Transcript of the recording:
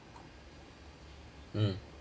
mm